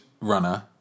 Runner